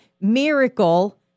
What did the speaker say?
miracle